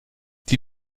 die